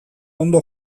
ondo